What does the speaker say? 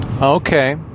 Okay